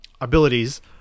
abilities